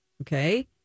Okay